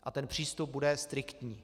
A ten přístup bude striktní.